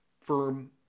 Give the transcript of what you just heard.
firm